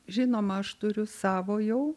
žinoma aš turiu savo jau